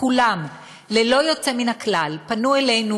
כולם ללא יוצא מן הכלל פנו אלינו,